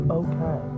okay